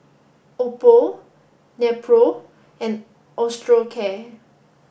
Oppo Nepro and Osteocare